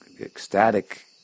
ecstatic